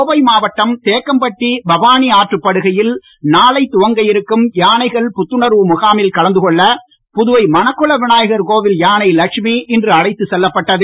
கோவை மாவட்டம் தேக்கம்பட்டி பவானி ஆற்றுப்படுகையில் நாளை துவங்க இருக்கும் யானைகள் புத்துணர்வு முகாமில் கலந்து கொள்ள புதுவை மணக்குளவிநாயகர் யானை லட்சுமி இன்று அழைத்துச் செல்லப்பட்டது